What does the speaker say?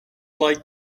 like